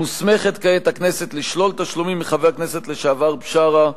מוסמכת כעת הכנסת לשלול תשלומים מחבר הכנסת לשעבר בשארה,